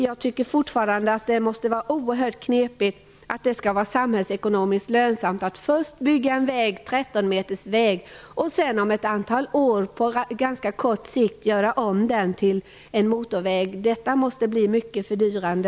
Jag tycker fortfarande att det är erhört knepigt hur det kan vara samhällsekonomiskt lönsamt att först bygga en 13-metersväg och sedan om ett antal år på ganska kort sikt bygga om den till en motorväg. Detta måste bli mycket fördyrande.